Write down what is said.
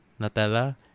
Nutella